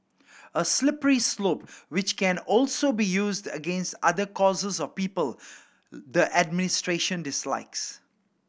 a slippery slope which can also be used against other causes or people the administration dislikes